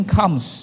comes